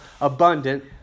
abundant